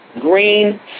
green